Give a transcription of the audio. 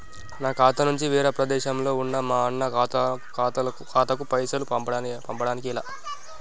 నా ఖాతా నుంచి వేరొక ప్రదేశంలో ఉన్న మా అన్న ఖాతాకు పైసలు పంపడానికి ఎలా?